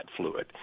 fluid